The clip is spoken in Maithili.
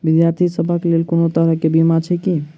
विद्यार्थी सभक लेल कोनो तरह कऽ बीमा छई की?